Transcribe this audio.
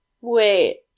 Wait